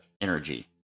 energy